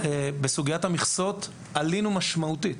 בסוגיית המכסות עלינו משמעותית,